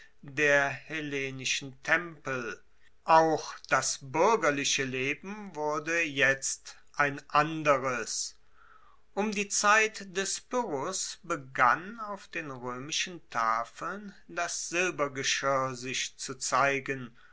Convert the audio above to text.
der hellenischen tempel auch das buergerliche leben wurde jetzt ein anderes um die zeit des pyrrhos begann auf den roemischen tafeln das silbergeschirr sich zu zeigen